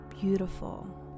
Beautiful